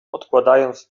odkładając